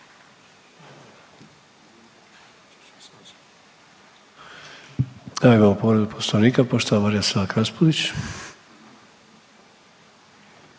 Imamo povredu Poslovnika poštovana Marija Selak-Raspudić.